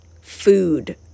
food